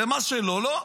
ומה שלא, לא.